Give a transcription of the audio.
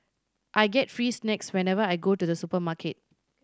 I get free snacks whenever I go to the supermarket